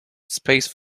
space